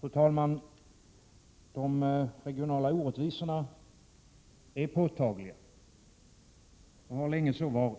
Fru talman! De regionala orättvisorna är påtagliga och har länge så varit.